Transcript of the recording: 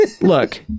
Look